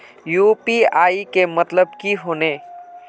UPI के मतलब की होने?